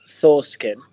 Thorskin